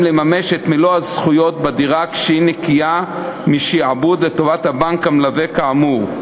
לממש את מלוא הזכויות בדירה כשהיא נקייה משעבוד לטובת הבנק המלווה כאמור.